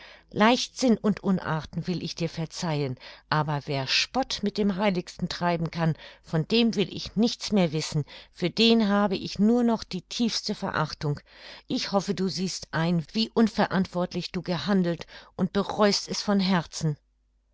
leichtsinn und unarten will ich dir verzeihen aber wer spott mit dem heiligsten treiben kann von dem will ich nichts mehr wissen für den habe ich nur noch die tiefste verachtung ich hoffe du siehst ein wie unverantwortlich du gehandelt und bereust es von herzen